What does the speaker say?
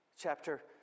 Chapter